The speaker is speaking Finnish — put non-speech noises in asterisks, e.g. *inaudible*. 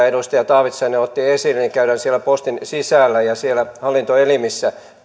*unintelligible* edustaja taavitsainen otti esiin käydään siellä postin sisällä ja siellä hallintoelimissä